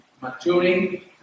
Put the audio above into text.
maturing